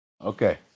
Okay